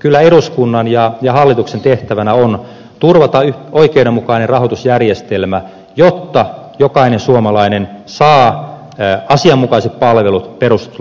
kyllä eduskunnan ja hallituksen tehtävänä on turvata oikeudenmukainen rahoitusjärjestelmä jotta jokainen suomalainen saa asianmukaiset palvelut perustuslain